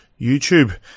YouTube